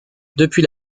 depuis